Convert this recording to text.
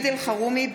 אלחרומי,